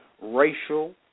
racial